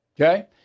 Okay